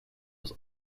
was